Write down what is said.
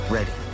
Ready